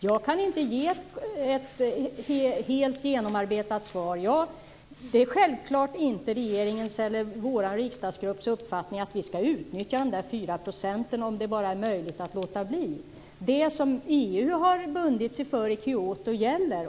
Jag kan inte ge ett helt genomarbetat svar. Det är självfallet inte regeringens eller vår riksdagsgrupps uppfattning att vi skall utnyttja de fyra procenten, bara det är möjligt att låta bli. Det som EU har bundit sig för i Kyoto gäller.